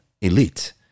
elite